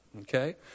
Okay